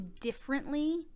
differently